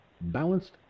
balanced